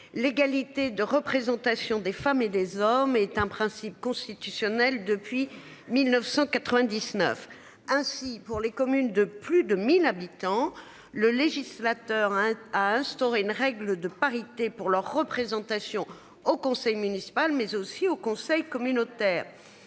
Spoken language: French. l'égalité de représentation des femmes et des hommes est un principe constitutionnel depuis 1999. Ainsi pour les communes de plus de 1000 habitants. Le législateur. A instauré une règle de parité pour leur représentation au conseil municipal mais aussi au conseil communautaire.